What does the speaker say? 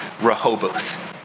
Rehoboth